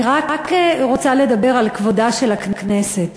אני רק רוצה לדבר על כבודה של הכנסת.